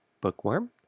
Bookworm